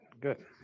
Good